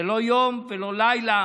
זה לא יום ולא לילה